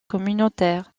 communautaire